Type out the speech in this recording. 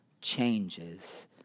changes